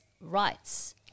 rights